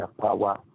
power